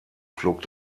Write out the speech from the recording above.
flog